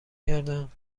کردم